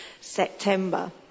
September